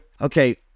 okay